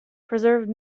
preserved